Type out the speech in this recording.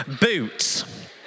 boots